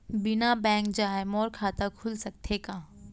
बिना बैंक जाए मोर खाता खुल सकथे का?